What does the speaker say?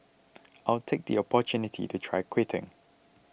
I'll take the opportunity to try quitting